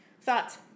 Thoughts